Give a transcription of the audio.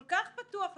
כל כך פתוח לפרשנות,